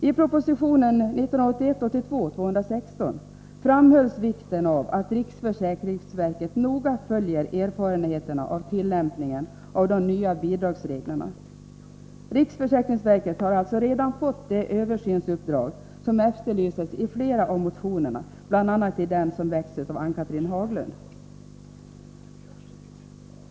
I proposition 1981/82:216 framhölls vikten av att riksförsäkringsverket noga följer erfarenheterna av tillämpningen av de nya bidragsreglerna. Riksförsäkringsverket har alltså redan fått det översynsuppdrag som efterlyses i flera av motionerna bl.a. i den som väcktes av Ann-Cathrine Haglund.